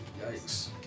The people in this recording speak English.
Yikes